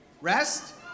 rest